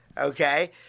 Okay